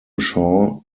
shaw